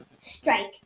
Strike